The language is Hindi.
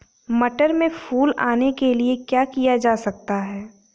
मटर में फूल आने के लिए क्या किया जा सकता है?